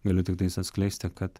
galiu tiktais atskleisti kad